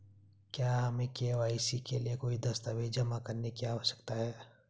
क्या हमें के.वाई.सी के लिए कोई दस्तावेज़ जमा करने की आवश्यकता है?